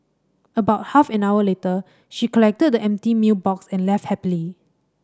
about half an hour later she collected the empty meal box and left happily